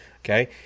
okay